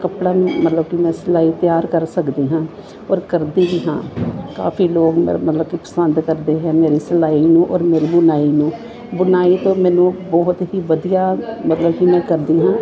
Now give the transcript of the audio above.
ਕੱਪੜਾ ਮਤਲਬ ਕਿ ਮੈਂ ਸਿਲਾਈ ਤਿਆਰ ਕਰ ਸਕਦੀ ਹਾਂ ਔਰ ਕਰਦੀ ਵੀ ਹਾਂ ਕਾਫੀ ਲੋਕ ਮਤ ਮਤਲਬ ਕਿ ਪਸੰਦ ਕਰਦੇ ਹੈ ਮੇਰੀ ਸਿਲਾਈ ਨੂੰ ਔਰ ਮੇਰੀ ਬੁਣਾਈ ਨੂੰ ਬੁਣਾਈ ਤੋਂ ਮੈਨੂੰ ਬਹੁਤ ਹੀ ਵਧੀਆ ਮਤਲਬ ਕਿ ਮੈਂ ਕਰਦੀ ਹਾਂ